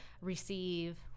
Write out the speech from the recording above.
receive